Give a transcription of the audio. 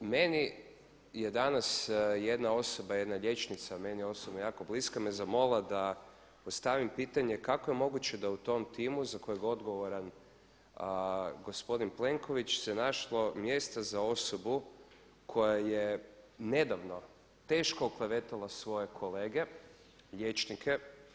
Meni je danas jedna osoba, jedna liječnica meni osobno jako bliska me zamolila da postavim pitanje kako je moguće da u tom timu za kojeg je odgovoran gospodin Plenković se našlo mjesta za osobu koja je nedavno teško oklevetala svoje kolege liječnike.